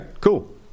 cool